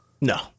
No